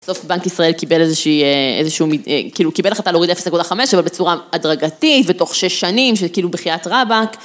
בסוף בנק ישראל קיבל איזה שהוא, כאילו קיבל החלטה להוריד 0 נקודה 5 אבל בצורה הדרגתית ותוך 6 שנים, כאילו בחיית רבאק.